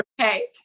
Okay